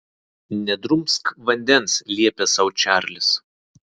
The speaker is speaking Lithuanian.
nedrumsk vandens liepė sau čarlis